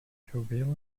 covalent